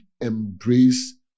embrace